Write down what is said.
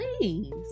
please